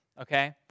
okay